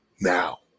now